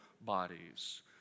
bodies